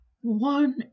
One